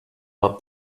but